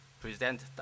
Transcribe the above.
present